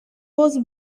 was